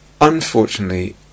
unfortunately